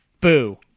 boo